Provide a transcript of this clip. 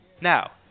Now